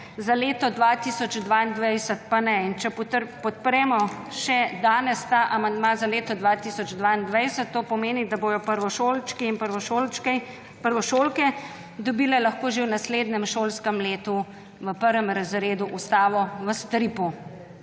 za leto 2022 pa ne. Če podpremo še danes ta amandma za leto 2022, to pomeni, da bojo prvošolčki in prvošolke dobili lahko že v naslednjem šolskem letu, v prvem razredu, Ustavo v stripu.